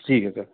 ٹھیک ہے سر